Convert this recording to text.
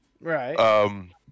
Right